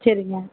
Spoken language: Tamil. சரிங்க